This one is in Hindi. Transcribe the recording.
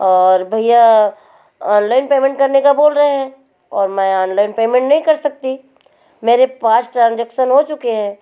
और भैया ऑनलाइन पेमेंट करने का बोल रहे हैं और मैं ऑनलाइन पेमेंट नहीं कर सकती मेरे पाँच ट्रांजेक्शन हो चुके हैं